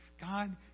God